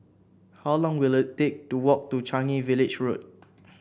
how long will it take to walk to Changi Village Road